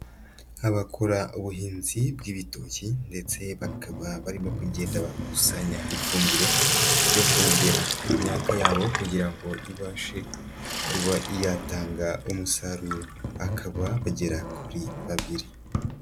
Abakora ubuhinzi bw'ibitoki ndetse bakaba barimo kugenda bakusanya ifumbire ryo kongera ku myaka yabo kugira ngo ibashe kuba yatanga umusaruro, akaba bagera kuri babiri.